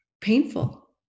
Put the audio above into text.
painful